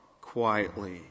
quietly